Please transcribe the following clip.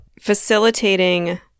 facilitating